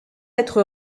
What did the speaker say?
être